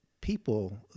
people